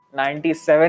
97